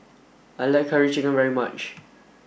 I like curry chicken very much